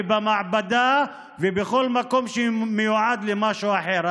במעבדה ובכל מקום שמיועד למשהו אחר,